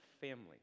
family